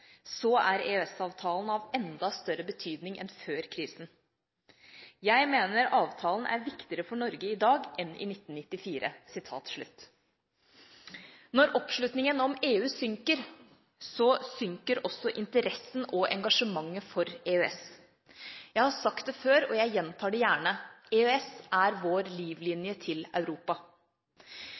så er EØS-avtalen av enda større betydning enn før krisen. Jeg mener avtalen er viktigere for Norge i dag enn i 1994.» Når oppslutningen om EU synker, synker også interessen og engasjementet for EØS. Jeg har sagt det før, og jeg gjentar det gjerne: EØS er vår livlinje til Europa.